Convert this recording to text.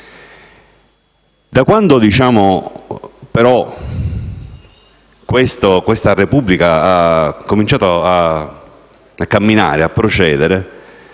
Da quando però questa Repubblica ha cominciato a camminare e a procedere,